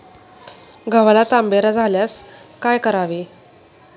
गव्हाला तांबेरा झाल्यास काय करावे?